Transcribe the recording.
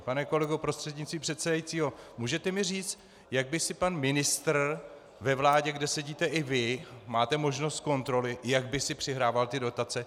Pane kolego prostřednictvím předsedajícího, můžete mi říct, jak by si pan ministr ve vládě, kde sedíte i vy, máte možnost kontroly, jak by si přihrával dotace.